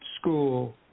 school